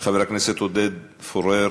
חבר הכנסת עודד פורר?